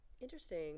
Interesting